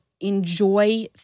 enjoy